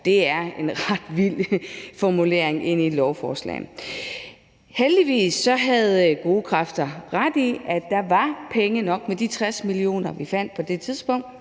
Det er en ret vild formulering i et lovforslag. Heldigvis havde gode kræfter ret i, at der var penge nok. Med de 60 mio. kr., vi fandt på det tidspunkt,